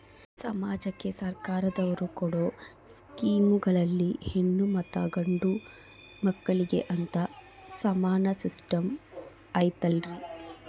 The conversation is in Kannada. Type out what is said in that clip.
ಸಮಾಜಕ್ಕೆ ಸರ್ಕಾರದವರು ಕೊಡೊ ಸ್ಕೇಮುಗಳಲ್ಲಿ ಹೆಣ್ಣು ಮತ್ತಾ ಗಂಡು ಮಕ್ಕಳಿಗೆ ಅಂತಾ ಸಮಾನ ಸಿಸ್ಟಮ್ ಐತಲ್ರಿ?